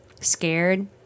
scared